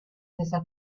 stessa